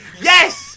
Yes